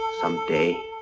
Someday